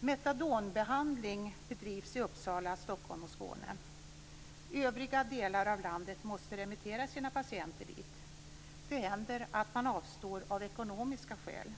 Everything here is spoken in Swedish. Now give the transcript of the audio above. Metadonbehandling bedrivs i Uppsala, Stockholm och Skåne. Övriga delar av landet måste remittera sina patienter dit. Det händer att man avstår av ekonomiska skäl.